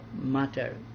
matter